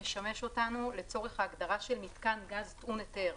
משמש אותנו לצורך ההגדרה של מתקן גז טעון היתר.